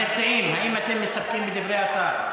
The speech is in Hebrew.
המציעים, האם אתם מסתפקים בדברי השר?